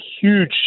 huge